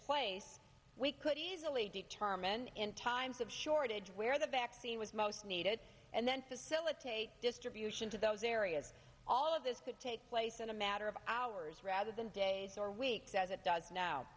place we could easily determine in times of shortage where the vaccine was most needed and then facilitate distribution to those areas all of this could take place in a matter of hours rather than days or weeks as it does now